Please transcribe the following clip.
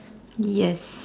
yes